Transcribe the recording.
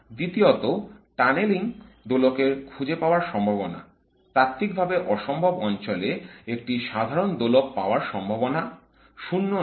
দ্বিতীয়ত টানেলিং দোলকের খুঁজে পাওয়ার সম্ভাবনা তাত্ত্বিকভাবে অসম্ভব অঞ্চলে একটি সাধারণ দোলক পাওয়ার সম্ভাবনা শূন্য নয়